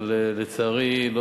אבל לצערי,